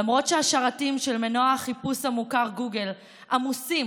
למרות שהשרתים של מנוע החיפוש המוכר גוגל עמוסים